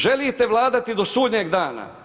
Želite vladati do sudnjeg dana.